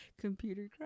computer